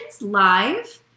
live